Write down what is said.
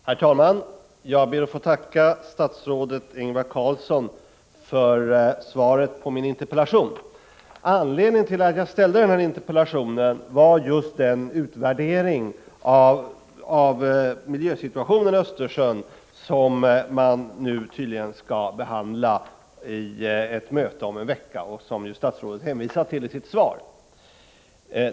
Herr talman! Jag ber att få tacka statsrådet Ingvar Carlsson för svaret på min interpellation. Anledningen till att jag ställde interpellationen var just den utvärdering av miljösituationen i Östersjön som nu tydligen kommer att behandlas i ett möte om en vecka och som ju statsrådet hänvisade till i sitt svar.